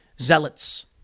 zealots